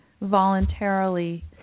voluntarily